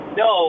no